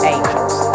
Angels